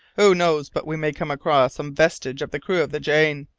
who knows but we may come across some vestige of the crew of the jane,